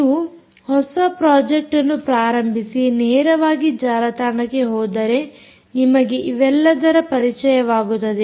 ನೀವು ಹೊಸ ಪ್ರಾಜೆಕ್ಟ್ ಅನ್ನು ಪ್ರಾರಂಭಿಸಿ ನೇರವಾಗಿ ಜಾಲತಾಣಕ್ಕೆ ಹೋದರೆ ನಿಮಗೆ ಇವೆಲ್ಲದರ ಪರಿಚಯವಾಗುತ್ತದೆ